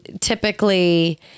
typically